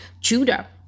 Judah